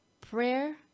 Prayer